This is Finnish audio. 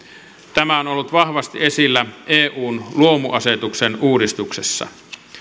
tämä on ollut vahvasti esillä eun luomuasetuksen uudistuksessa